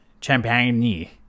Champagne